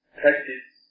practice